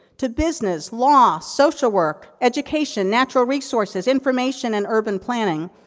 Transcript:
to business, law, social work, education, natural resources, information, and urban planning.